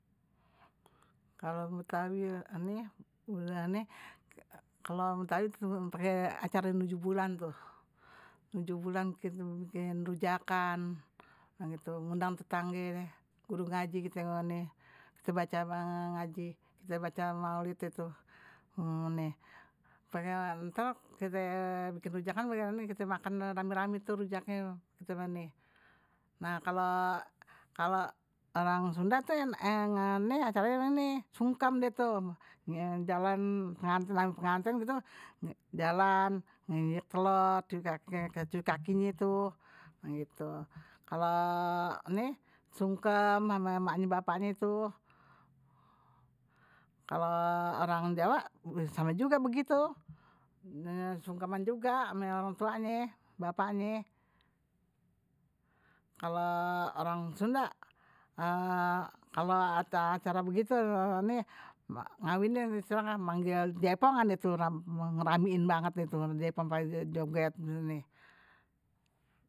Kalo betawi kalo pake cara nujuh bulan tuh, nujuh bulan kite bikinin rujakan, ngundang tetangge guru ngaji, kite baca ngaji kite baca maulid deh tuh, ntar kite bikin rujakan kite makan rame rame tuh rujaknye, nah kalo orang sunda tuh sungkem deh tuh. jalan penganten ame penganten tuh, jalan nginjek telor, cuci kakinye tuh, kalo ni sungkem sama emaknye bapaknye itu kalau orang jawa sama juga begitu sungkeman juga, ame orang tuanye bapaknye, kalao orang sunda kalo acara begitu manggil jaipongan deh tuh, ngeramein banget tuh jaipong pade joget nih.